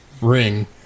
ring